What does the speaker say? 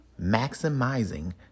Maximizing